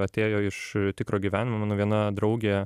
atėjo iš tikro gyvenimo mano viena draugė